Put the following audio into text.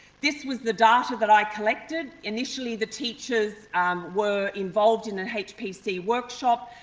this was the data that i collected, initially the teachers were involved in a hpc workshop,